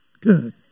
good